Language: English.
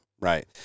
right